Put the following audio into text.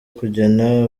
kugena